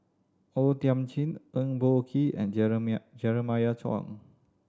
O Thiam Chin Eng Boh Kee and Jeremiah Choy